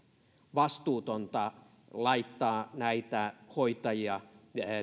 vastuutonta laittaa näitä hoitajia